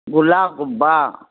ꯒꯨꯂꯥꯒꯨꯝꯕ